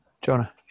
Jonah